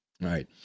right